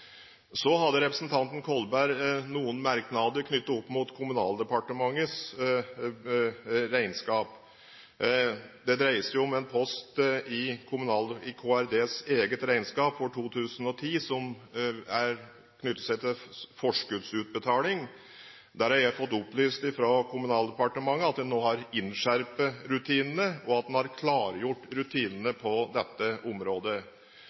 Så hadde representanten Kolberg noen merknader knyttet opp mot Kommunal- og regionaldepartementets regnskap. Det dreier seg om en post i KRDs eget regnskap for 2010 som knytter seg til forskuddsutbetaling. Der har jeg fått opplyst fra Kommunal- og regionaldepartementet at en nå har innskjerpet rutinene, og at en har klargjort rutinene på dette området.